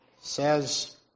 says